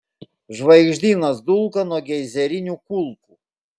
žvaigždynas dulka nuo geizerinių kulkų